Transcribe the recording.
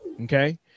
okay